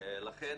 לכן,